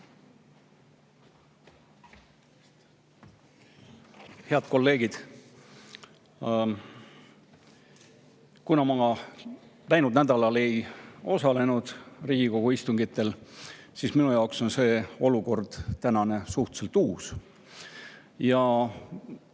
Head kolleegid! Kuna ma läinud nädalal ei osalenud Riigikogu istungitel, siis minu jaoks on see tänane olukord suhteliselt uus. Ja